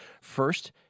first